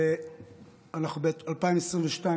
ואנחנו ב-2022,